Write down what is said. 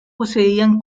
poseían